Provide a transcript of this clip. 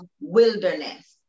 wilderness